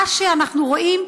מה שאנחנו רואים,